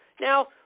Now